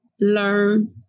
learn